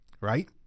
right